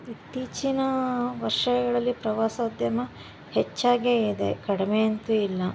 ಇತ್ತೀಚಿನ ವರ್ಷಗಳಲ್ಲಿ ಪ್ರವಾಸೋದ್ಯಮ ಹೆಚ್ಚಾಗೇ ಇದೆ ಕಡಿಮೆ ಅಂತೂ ಇಲ್ಲ